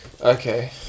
Okay